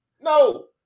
No